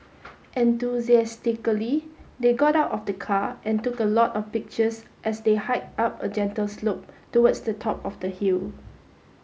enthusiastically they got out of the car and took a lot of pictures as they hiked up a gentle slope towards the top of the hill